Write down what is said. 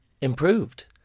improved